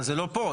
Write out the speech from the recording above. אבל זה לא פה,